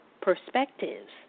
perspectives